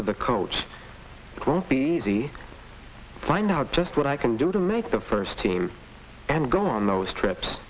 with the coach group easy find out just what i can do to make the first team and go on those trips